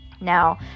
Now